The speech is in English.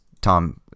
Tom